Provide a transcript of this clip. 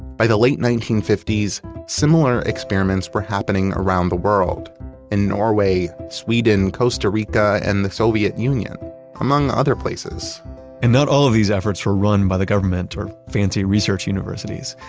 by the late nineteen fifty s similar experiments were happening around the world in norway, sweden, costa rica, and the soviet union among other places and not all of these efforts were run by the government or fancy research universities.